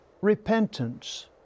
repentance